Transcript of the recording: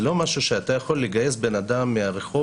זה לא משהו שאתה יכול לגייס בן אדם מהרחוב